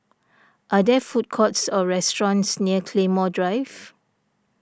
are there food courts or restaurants near Claymore Drive